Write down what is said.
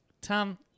Tom